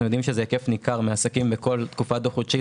אנחנו יודעים שזה היקף ניכר מעסקים בכל תקופה דו-חודשית,